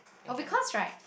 oh because right